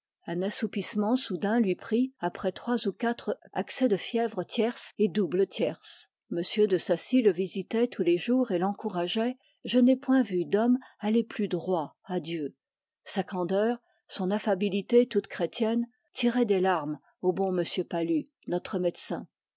un assoupissement soudain lui prit après trois ou quatre accès de fièvre tierce et double tierce m de saci le visitoit tous les jours et l'encourageoit je n'ay point veu d'homme aller plus droit à dieu sa candeur son affabilité toute chrétienne tiroient des larmes au bon m pallu nostre médecin